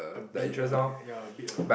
a bit lah a bit ya a bit lah